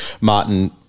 Martin